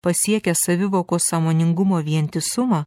pasiekia savivokos sąmoningumo vientisumą